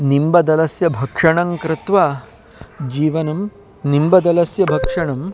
निम्बदलस्य भक्षणं कृत्वा जीवनं निम्बदलस्य भक्षणं